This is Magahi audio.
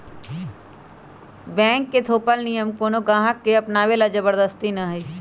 बैंक के थोपल नियम कोनो गाहक के अपनावे ला जबरदस्ती न हई